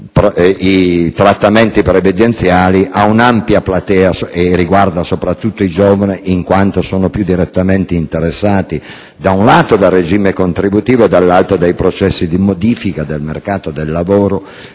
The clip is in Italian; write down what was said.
i trattamenti previdenziali di un'ampia platea di soggetti, soprattutto i giovani, in quanto sono più direttamente interessati, da un lato, dal regime contributivo e, dall'altro, dai processi di modifica del mercato del lavoro